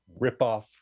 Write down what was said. ripoff